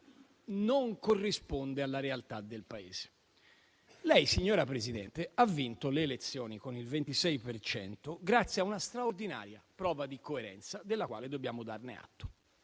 non corrisponde alla realtà del Paese. Lei, signora Presidente, ha vinto le elezioni con il 26 per cento, grazie a una straordinaria prova di coerenza della quale dobbiamo darle atto.